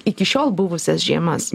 iki šiol buvusias žiemas